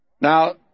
Now